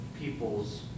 people's